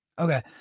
Okay